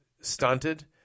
stunted